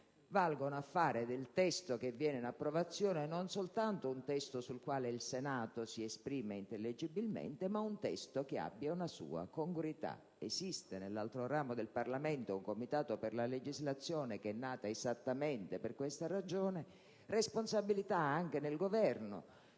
valgono a fare del testo in via di approvazione non soltanto un testo sul quale il Senato si esprime in maniera intelligibile, ma un testo con una sua congruità. Esiste nell'altro ramo del Parlamento un Comitato per la legislazione, nato esattamente per questa ragione, e sono riconosciute responsabilità anche nel Governo